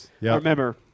remember